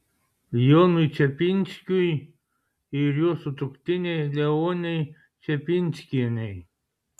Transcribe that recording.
jonui čepinskiui ir jo sutuoktinei leonei čepinskienei